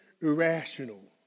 irrational